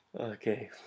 Okay